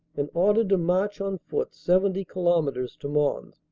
and ordered to march on foot seventy kilometres to mons.